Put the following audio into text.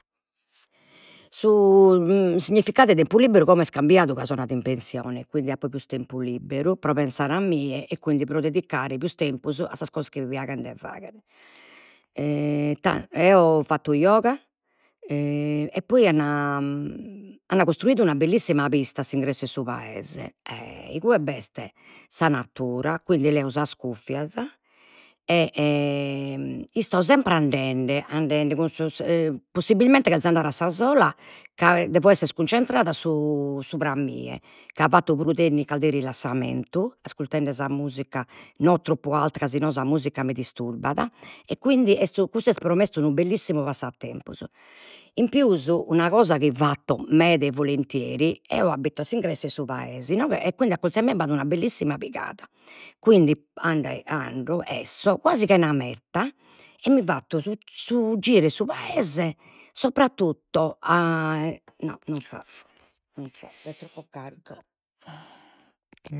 Su significadu 'e tempus liberu como est cambidu ca so andada in pensione, quindi apo pius tempus liberu pro pensare a mie e quindi pro dedicare pius tempus a sas cosas chi mi piaghen de faghere, e eo fatto yoga e poi an an costruidu una bellissima pista a s'ingresso 'e su paese e igue b'est sa natura, quindi leo sas cuffias, e isto sempre andende andende cun sos possibilmente cherzo andare a sa sola, ca devo esser cuncentrada a su- subr'a mie ca fatto puru tecnicas de rilassamentu, ascurtende sa musica no troppu alta ca si no sa musica mi disturbat, e quindi custu est pro me unu bellissimu passatempus, in pius una cosa chi fatto meda e volentieri, eo abito a s'ingresso 'e su paese, inoghe, e quindi accurzu a mie b'at una bellissima pigada, quindi ando ando, 'esso, quasi chena meta, e mi fatto su su giru 'e su paese sopratutto a non fa, è troppo carica